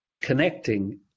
connecting